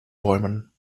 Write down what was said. bäumen